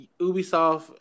Ubisoft